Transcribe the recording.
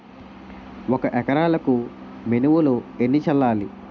ఒక ఎకరాలకు మినువులు ఎన్ని చల్లాలి?